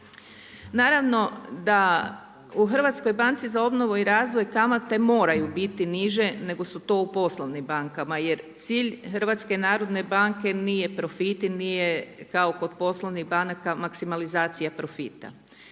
Naravno da u HBOR-u kamate moraju biti niže nego su to u poslovnim bankama jer cilj HBOR-a nije profit i nije kao kod poslovnih banaka maksimalizacija profita.